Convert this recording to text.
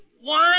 One